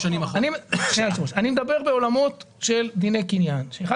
אני מדבר בעולמות של דיני קניין בו יש את